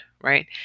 right